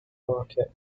market